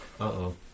Uh-oh